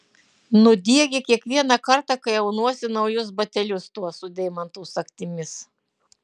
nudiegia kiekvieną kartą kai aunuosi naujus batelius tuos su deimantų sagtimis